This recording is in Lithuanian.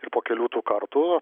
ir po kelių tų kartų